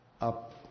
up